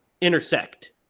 intersect